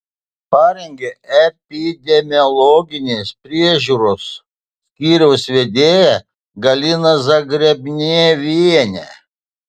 parengė epidemiologinės priežiūros skyriaus vedėja galina zagrebnevienė